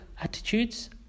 attitudes